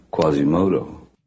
Quasimodo